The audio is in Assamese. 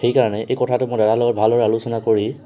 সেইকাৰণে এই কথাটো মই দাদাৰ লগত ভালদৰে আলোচনা কৰি